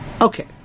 Okay